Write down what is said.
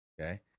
Okay